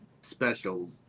special